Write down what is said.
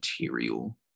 material